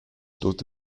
tut